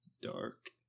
Dark